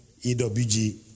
EWG